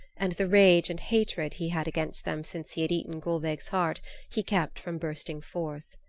and the rage and hatred he had against them since he had eaten gulveig's heart he kept from bursting forth.